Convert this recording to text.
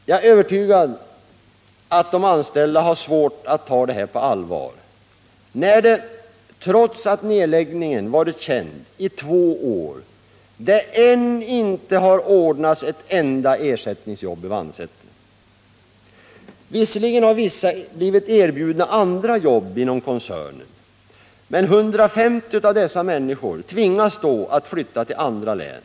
Jag är övertygad om att de anställda har svårt att ta det här på allvar, ty trots att beslutet om nedläggning har varit känt i två år har det ännu inte ordnats ett enda ersättningsjobb i Nr 113 Vannsäter. Visserligen har vissa blivit erbjudna andra jobb inom koncernen, Tisdagen den men 150 av dessa människor tvingas då att flytta till andra län.